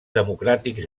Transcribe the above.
democràtics